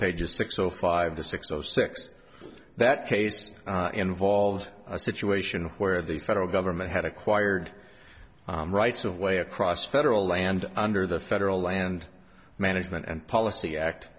pages six o five to six zero six that case involved a situation where the federal government had acquired rights of way across federal land under the federal land management and policy act